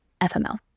FML